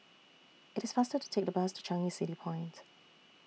IT IS faster to Take The Bus to Changi City Point